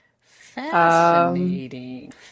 Fascinating